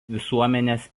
visuomenės